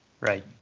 Right